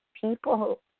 People